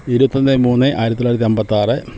ഇരുപത്തൊന്ന് മൂന്ന് ആയിരത്തി തൊള്ളായിരത്തി അൻപത്താറ്